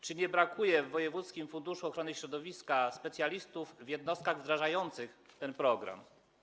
Czy nie brakuje w wojewódzkim funduszu ochrony środowiska specjalistów w jednostkach wdrażających ten program?